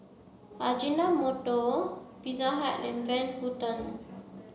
Ajinomoto Pizza Hut and Van Houten